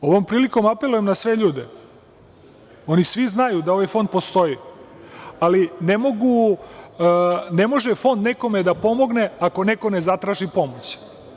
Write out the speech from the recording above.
Ovom prilikom apelujem na sve ljude, oni svi znaju da ovaj fond postoji, ali ne može fond nekome da pomogne ako neko ne zatraži pomoć.